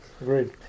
Agreed